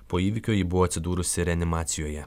po įvykio ji buvo atsidūrusi reanimacijoje